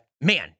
man